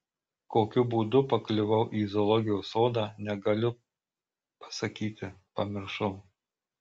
kokiu būdu pakliuvau į zoologijos sodą negaliu pasakyti pamiršau